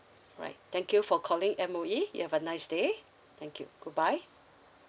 alright thank you for calling M_O_E you have a nice day thank you goodbye